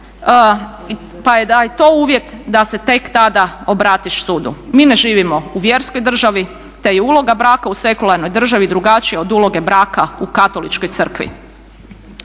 da je to uvjet da se tek tada obratiš sudu. Mi ne živimo u vjerskoj državi, te je uloga braka u sekularnoj državi drugačija od uloge braka u katoličkoj crkvi.